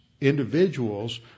individuals